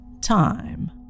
time